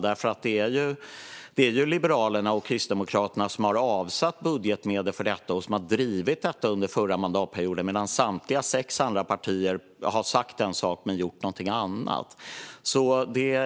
Det är Liberalerna och Kristdemokraterna som har avsatt budgetmedel för detta och som har drivit detta under förra mandatperioden medan samtliga sex andra partier har sagt en sak men gjort någonting annat.